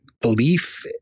belief